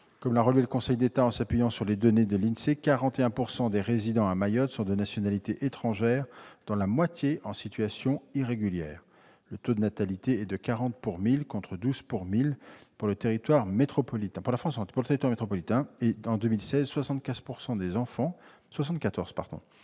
Comme l'a relevé le Conseil d'État en s'appuyant sur les données de l'INSEE, 41 % des résidents à Mayotte sont de nationalité étrangère, dont la moitié en situation irrégulière. Le taux de natalité est de 40 pour 1000, contre 12 pour 1000 pour le territoire métropolitain. En 2016, 74 % des enfants sont